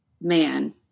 man